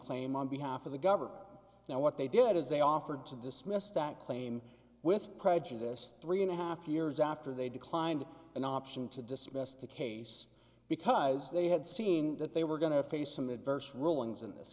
claim on behalf of the government now what they did is they offered to dismiss that claim with prejudice three and a half years after they declined an option to dismiss the case because they had seen that they were going to face some adverse rulings in this